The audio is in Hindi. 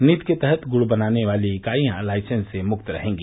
नीति के तहत गुड़ बनाने वाली इकाईयां लाइसेंस से मुक्त रहेंगी